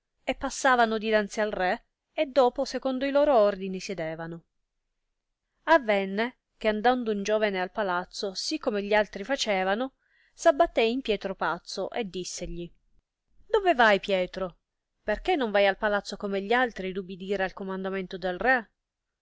e passavano dinanzi al re e dopo secondo i loro ordini sedevano avenne che andando un giovene al palazzo sì come gli altri facevano s abbattè in pietro pazzo e dissegli dove vai pietro per che non vai al palazzo come gli altri ed ubidire al comandamento del re